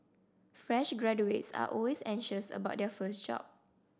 fresh graduates are always anxious about their first job